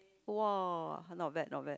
!wah! not bad not bad